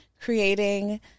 creating